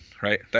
right